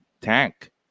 tank